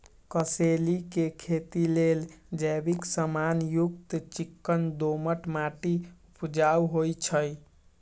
कसेलि के खेती लेल जैविक समान युक्त चिक्कन दोमट माटी उपजाऊ होइ छइ